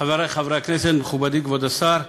תודה, חברי חברי הכנסת, מכובדי כבוד השר,